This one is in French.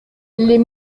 les